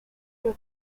your